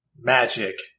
Magic